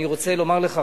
אני רוצה לומר לך,